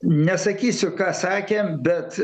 nesakysiu ką sakėm bet